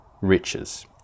riches